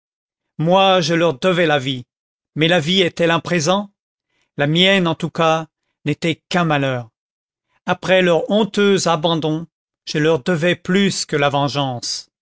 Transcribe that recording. moi je leur devais la vie mais la vie est-elle un présent la mienne en tous cas n'était qu'un malheur après leur honteux abandon je leur devais plus que la vengeance